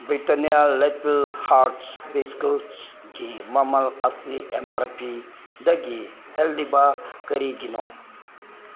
Britannia little hearts ꯕꯤꯁꯀꯨꯠꯁꯒꯤ ꯃꯃꯜ ꯑꯁꯤ ꯑꯦꯝ ꯑꯥꯔ ꯄꯤꯗꯒꯤ ꯍꯦꯜꯂꯤꯕ ꯀꯔꯤꯒꯤꯅꯣ